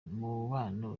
umubano